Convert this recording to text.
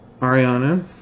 Ariana